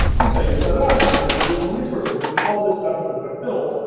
here's how you set it up. here's some additional resources. there's all this stuff that we've got built,